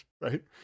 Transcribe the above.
right